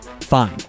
fine